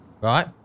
right